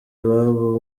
iwabo